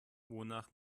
wonach